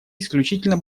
исключительно